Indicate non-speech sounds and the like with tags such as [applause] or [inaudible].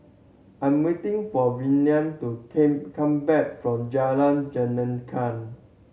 I'm waiting for Velia to came come back from Jalan [unintelligible]